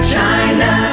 China